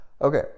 Okay